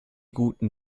guten